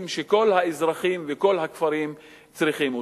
שכל האזרחים וכל הכפרים צריכים אותם.